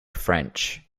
french